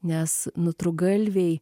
nes nutrūktgalviai